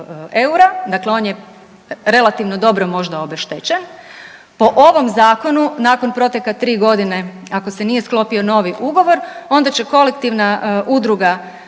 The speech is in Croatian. dakle on je relativno dobro možda obeštećen, po ovom zakonu nakon proteka 3 godine ako se nije sklopio novi ugovor, onda će kolektivna udruga